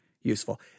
useful